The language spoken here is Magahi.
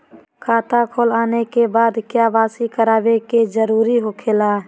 खाता खोल आने के बाद क्या बासी करावे का जरूरी हो खेला?